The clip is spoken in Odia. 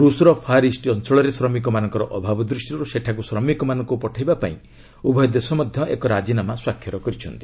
ରୁଷର ଫାର୍ ଇଷ୍ଟ ଅଞ୍ଚଳରେ ଶ୍ରମିକମାନଙ୍କର ଅଭାବ ଦୃଷ୍ଟିରୁ ସେଠାକୁ ଶ୍ରମିକମାନଙ୍କୁ ପଠାଇବା ପାଇଁ ଉଭୟ ଦେଶ ମଧ୍ୟ ଏକ ରାଜିନାମା ସ୍ୱାକ୍ଷର କରିଛନ୍ତି